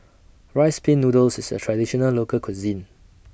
Rice Pin Noodles IS A Traditional Local Cuisine